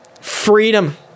Freedom